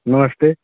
नमस्ते